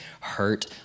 hurt